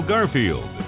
Garfield